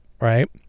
right